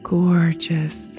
gorgeous